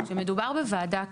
שמדובר בוועדה קרואה,